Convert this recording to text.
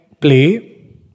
play